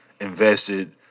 invested